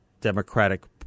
Democratic